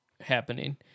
happening